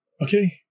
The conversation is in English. Okay